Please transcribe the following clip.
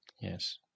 yes